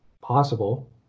possible